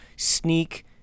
sneak